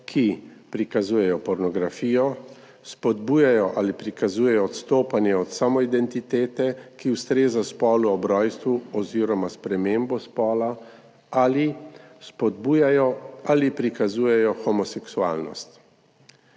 ki prikazujejo pornografijo, spodbujajo ali prikazujejo odstopanje od samoidentitete, ki ustreza spolu ob rojstvu, oziroma spremembo spola ali spodbujajo ali prikazujejo homoseksualnost.